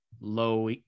low